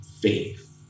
faith